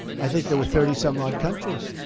i think there were thirty some odd countries.